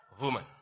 woman